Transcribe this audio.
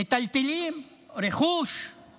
מטלטלים, רכוש;